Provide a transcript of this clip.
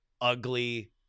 ugly